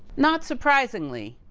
not surprisingly,